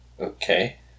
Okay